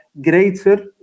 greater